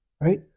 right